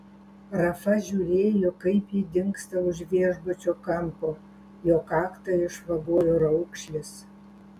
rafa žiūrėjo kaip ji dingsta už viešbučio kampo jo kaktą išvagojo raukšlės